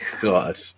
God